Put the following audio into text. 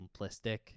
simplistic